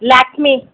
Lakme